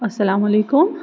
اسلام علیکُم